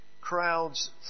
crowds